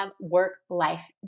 work-life